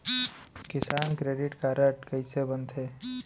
किसान credit card कइसे बनथे?